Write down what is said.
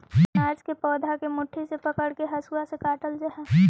अनाज के पौधा के मुट्ठी से पकड़के हसुआ से काटल जा हई